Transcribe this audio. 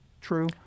true